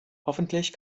hoffentlich